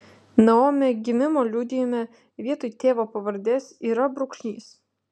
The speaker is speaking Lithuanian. naomi gimimo liudijime vietoj tėvo pavardės yra brūkšnys